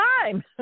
time